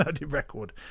record